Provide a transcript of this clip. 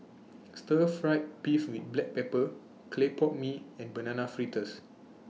Stir Fried Beef with Black Pepper Clay Pot Mee and Banana Fritters